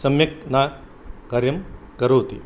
सम्यक् न कार्यं करोति